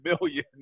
million